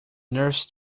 nurse